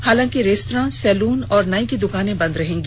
हालांकि restaurant salon और नाई की दुकाने बंद रहेंगी